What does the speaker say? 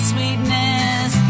Sweetness